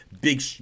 big